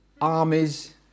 armies